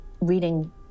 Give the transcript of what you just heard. reading